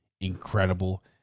incredible